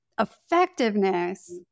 effectiveness